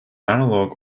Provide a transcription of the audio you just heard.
analogue